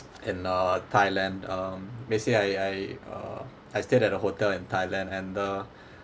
in uh thailand uh basically I I uh I stayed at a hotel in thailand and uh